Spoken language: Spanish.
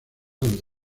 donde